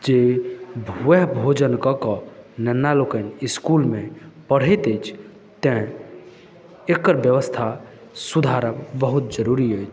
जे वएह भोजन कऽ कऽ नेना लोकनि स्कूलमे पढैत अछि तैं एकर व्यवस्था सुधारब बहुत जरुरी अछि